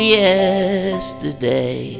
yesterday